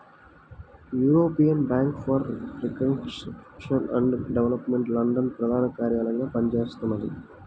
European Bank for Reconstruction and Development London ప్రధాన కార్యాలయంగా పనిచేస్తున్నది